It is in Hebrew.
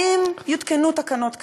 האם יותקנו תקנות כאלה?